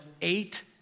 Eight